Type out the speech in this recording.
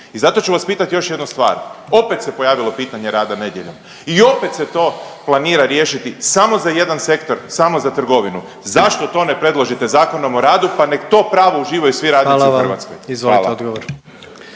I zato ću vas pitat još jednu stvar, opet se pojavilo pitanje rada nedjeljom i opet se to planira riješiti samo za jedan sektor, samo za trgovinu, zašto to ne predložite Zakonom o radu pa nek to pravo uživaju svi radnici u Hrvatskoj? Hvala. **Jandroković,